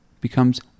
becomes